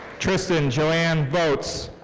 tristan joanne vogts.